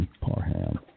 Parham